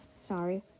Sorry